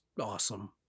awesome